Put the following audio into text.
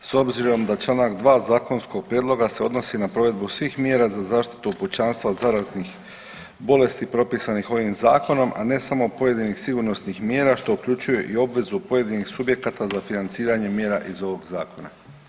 S obzirom da čl. 2. zakonskog prijedloga se odnosi na provedbu svih mjera za zaštitu pučanstva od zaraznih bolesti propisanih ovim zakonom, a ne samo pojedinih sigurnosnih mjera što uključuje i obvezu pojedinih subjekata za financiranje mjera iz ovog zakona.